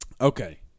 Okay